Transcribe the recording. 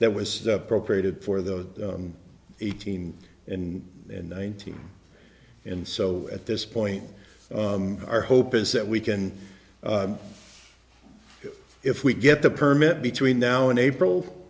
that was appropriated for those eighteen and nineteen and so at this point our hope is that we can if we get the permit between now and april